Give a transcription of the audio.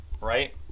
right